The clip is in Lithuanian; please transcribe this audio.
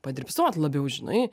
padrybsot labiau žinai